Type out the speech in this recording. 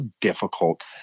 difficult